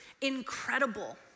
incredible